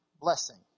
blessing